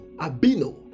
abino